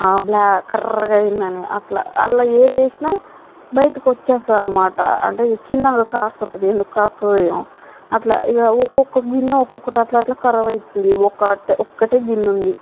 black కర్రెగా అయిందని అట్లా అందులో ఏది వేసినా బయటకి వచ్చేస్తుందన్నమాట అంటే క్రింద కారుతుంటుంది ఎందుకు కారుతుందో ఏమో అట్లా ఇక ఒక్కొక్క గిన్నె ఒక్కొక్కటి అట్టట్లా ఖరాబ్ అవుతుంది ఒక్కటే ఒక్కటే గిన్న ఉంది